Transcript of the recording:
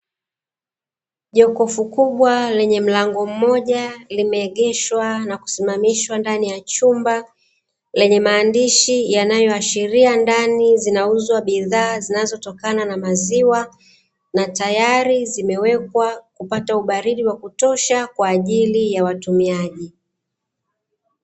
Jokofu kubwa lenye mlango mmoja, limeeegeshwa na kusimamishwa ndani ya chumba lenye maandishi yanayoashiria ndani zinauzwa bidhaa zinazotokana na maziwa, na tayari zimewekwa kupata ubaridi wa kutosha kwa ajili ya watumiaji.